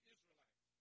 Israelites